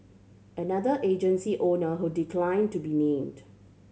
another agency owner who declined to be named